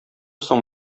соң